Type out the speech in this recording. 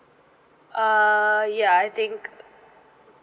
err ya I think